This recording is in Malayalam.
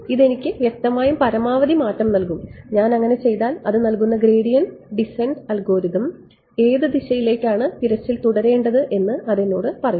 ഇത് എനിക്ക് വ്യക്തമായും പരമാവധി മാറ്റം നൽകും ഞാൻ അങ്ങനെ ചെയ്താൽ അത് നൽകുന്ന ഗ്രേഡിയന്റ് ഡിസെന്റ് അൽഗോരിതം ഏത് ദിശയിലേക്കാണ് തിരച്ചിൽ തുടരേണ്ടത് എന്ന് അത് എന്നോട് പറയും